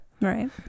Right